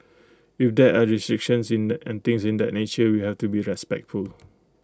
if there are restrictions and things in that nature we have to be respectful